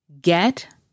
get